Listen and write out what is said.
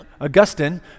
Augustine